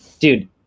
dude